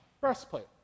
breastplate